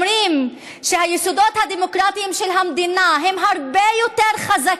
אומרים שהיסודות הדמוקרטיים של המדינה הם יותר הרבה חזקים